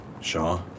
Shaw